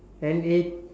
N A